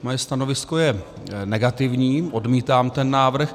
Moje stanovisko je negativní, odmítám ten návrh.